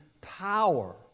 power